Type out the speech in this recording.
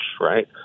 right